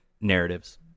narratives